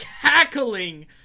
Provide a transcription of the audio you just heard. cackling